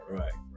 right